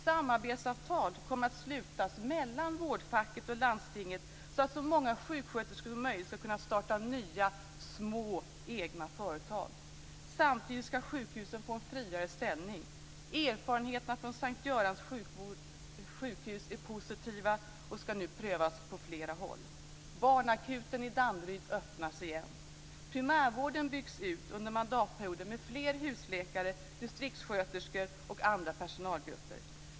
Samarbetsavtal kommer att slutas mellan vårdfacket och landstinget så att så många sjuksköterskor som möjligt skall kunna starta nya, små egna företag. Samtidigt skall sjukhusen få en friare ställning. Erfarenheterna från S:t Görans sjukhus är positiva och skall nu prövas på flera håll. Primärvården byggs ut under mandatperioden med fler husläkare, distriktssköterskor och andra personalgrupper.